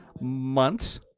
months